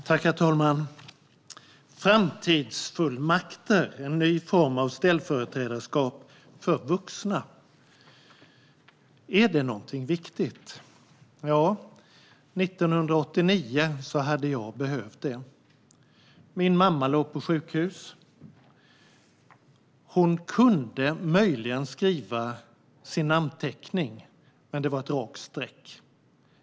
Herr talman! Framtidsfullmakter är en ny form av ställföreträdarskap för vuxna. Är det någonting viktigt? Ja, 1989 hade jag behövt en sådan. Min mamma låg på sjukhus. Hon kunde möjligen skriva sin namnteckning, men det var ett rakt streck.